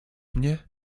mnie